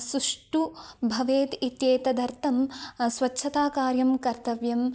सुष्ठुः भवेत् इत्येतदर्थं स्वच्छता कार्यं कर्तव्यम्